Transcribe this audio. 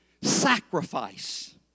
sacrifice